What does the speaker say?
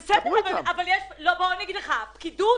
אני מבקשת לדעת אם הפקידות